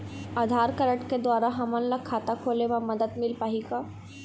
आधार card के द्वारा हमन ला खाता खोले म मदद मिल पाही का?